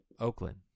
Oakland